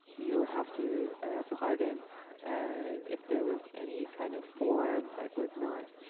you'll have to pardon if there was any kind of form that was not